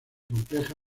compleja